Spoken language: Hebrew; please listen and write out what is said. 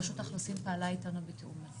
רשות האוכלוסין פעלה איתנו בתיאום.